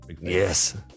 yes